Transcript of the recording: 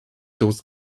those